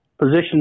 position